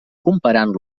comparant